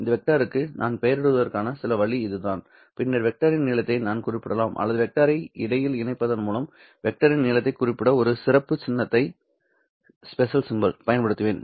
இந்த வெக்டர்க்கு நான் பெயரிடுவதற்கான வழி இதுதான் பின்னர் வெக்டரின் நீளத்தை நான் குறிப்பிடலாம் அல்லது வெக்டரை இடையில் இணைப்பதன் மூலம் வெக்டரின் நீளத்தைக் குறிப்பிட ஒரு சிறப்பு சின்னத்தைப் பயன்படுத்துவேன்